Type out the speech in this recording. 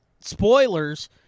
Spoilers